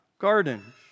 garden